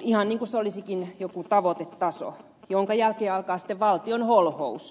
ihan niin kuin se olisikin joku tavoitetaso jonka jälkeen alkaa sitten valtion holhous